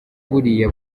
buriya